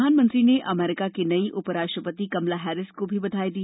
प्रधानमंत्री ने अमरीका की नई उपराष्ट्रपति कमला हैरिस को भी बधाई दी